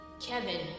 Kevin